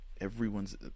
Everyone's